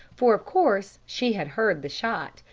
for of course she had heard the shot,